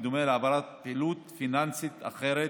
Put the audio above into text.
בדומה להעברת פעילות פיננסית אחרת,